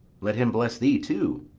let him bless thee too.